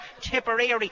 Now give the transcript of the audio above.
Tipperary